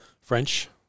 French